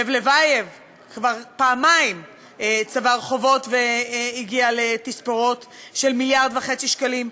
לב לבייב כבר פעמיים צבר חובות והגיע לתספורות של 1.5 מיליארד שקלים,